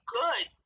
good